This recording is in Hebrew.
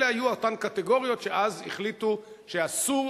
אלה היו אותן קטגוריות שאז החליטו שאסור